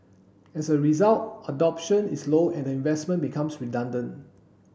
as a result adoption is low and the investment becomes redundant